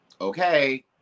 okay